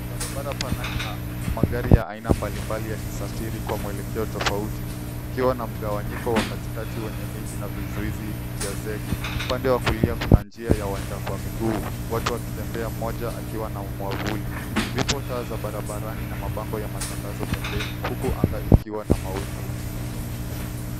Barabara pana ina magari ya aina mbalimbali yakisafiri kwa mwelekeo tofauti ikiwa na mgawanyiko wa katikati wenye miti na vizuizi vya zege. Upande wa kulia kuna njia ya waenda kwa miguu, watu wakitembea mwengine akiwa na mwavuli. Vipo taa za barabarani na mabango ya matangazo pembeni huku anaga ikiwa na mawingu.